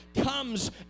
comes